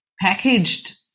packaged